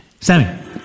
Sammy